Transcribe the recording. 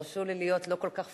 תרשו לי להיות לא כל כך פורמלית.